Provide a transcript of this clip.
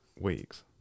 Weeks